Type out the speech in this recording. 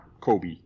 Kobe